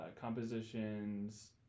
compositions